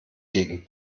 gegen